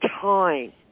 time